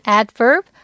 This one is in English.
adverb